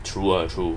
true uh true